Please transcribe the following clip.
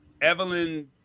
Evelyn